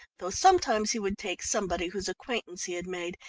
though sometimes he would take somebody whose acquaintance he had made,